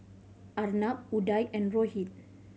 Arnab Udai and Rohit